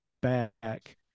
back